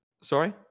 Sorry